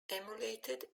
emulated